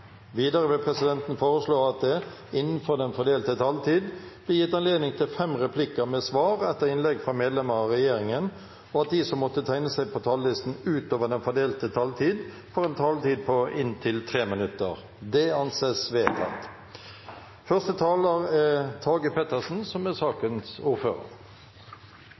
Videre vil presidenten foreslå at det – innenfor den fordelte taletid – blir gitt anledning til fem replikker med svar etter innlegg fra medlemmer av regjeringen, og at de som måtte tegne seg på talerlisten utover den fordelte taletid, får en taletid på inntil 3 minutter. – Det anses vedtatt. Den norske velferdsmodellen er